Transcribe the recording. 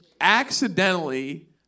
accidentally